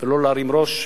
ולא להרים ראש,